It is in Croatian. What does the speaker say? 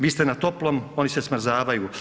Vi ste na toplom, oni se smrzavaju.